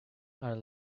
are